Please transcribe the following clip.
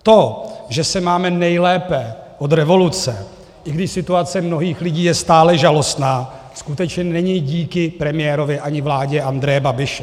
To, že se máme nejlépe od revoluce, i když situace mnohých lidí je stále žalostná, skutečně není díky premiérovi ani vládě Andreje Babiše.